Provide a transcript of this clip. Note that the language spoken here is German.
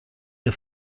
der